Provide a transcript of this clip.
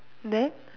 then